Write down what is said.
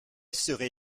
serait